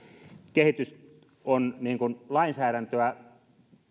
kehitys on lainsäädäntöä